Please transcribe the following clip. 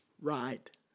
right